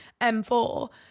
M4